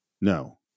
No